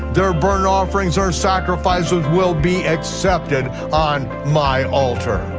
their burnt offerings or sacrifices will be accepted on my altar,